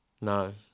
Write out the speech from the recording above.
No